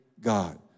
God